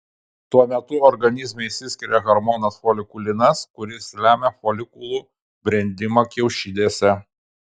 tuo metu organizme išsiskiria hormonas folikulinas kuris lemia folikulų brendimą kiaušidėse